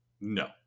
no